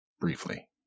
briefly